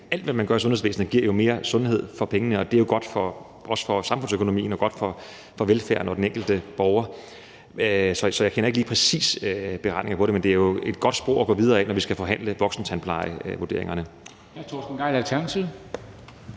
alt, hvad man gør i sundhedsvæsenet, giver jo mere sundhed for pengene, og det er godt for samfundsøkonomien og for velfærden og den enkelte borger. Så jeg kender ikke lige præcis beregninger på det, men det er et godt spor at gå videre ad, når vi skal forhandle voksentandplejevurderingerne.